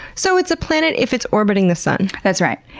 so it's a planet if it's orbiting the sun. that's right.